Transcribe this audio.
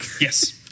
Yes